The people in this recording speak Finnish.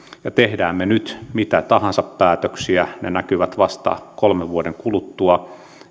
ja teemme me nyt mitä päätöksiä tahansa ne näkyvät vasta kolmen vuoden kuluttua